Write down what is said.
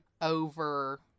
over